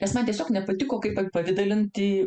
nes man tiesiog nepatiko kaip apipavidalinti